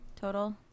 Total